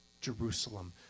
Jerusalem